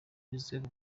wizerwe